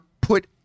put